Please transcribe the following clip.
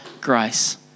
grace